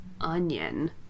Onion